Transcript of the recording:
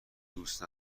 دوست